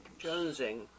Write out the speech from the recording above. Jonesing